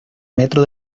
metro